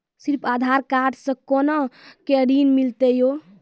सिर्फ आधार कार्ड से कोना के ऋण मिलते यो?